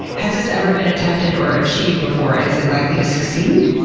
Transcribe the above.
has this ever been attempted or achieved before and is it likely to succeed?